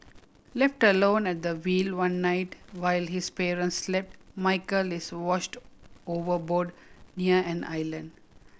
left alone at the wheel one night while his parents slept Michael is washed overboard near an island